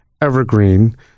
evergreen